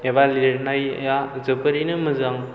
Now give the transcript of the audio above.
एबा लिरनाया जोबोरैनो मोजां